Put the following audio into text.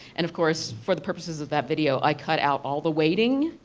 and of course for the purposes of that video i cut out all the waiting.